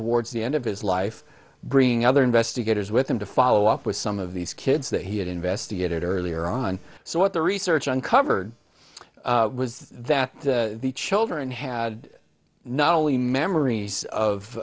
towards the end of his life bringing other investigators with him to follow up with some of these kids that he had investigated earlier on so what the research on covered was that the children had not only memories